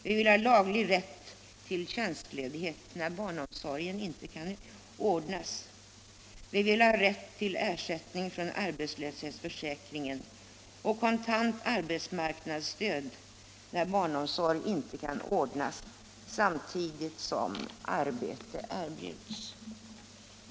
Vi vill ha laglig rätt till tjänstledighet när barnomsorg inte kan ordnas. Vi vill ha rätt till ersättning från arbetslöshetsförsäkringen och kontant arbetsmarknadsstöd när barnomsorg inte kan ordnas samtidigt som arbete erbjuds.